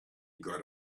got